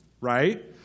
right